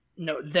No